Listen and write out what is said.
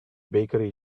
bakery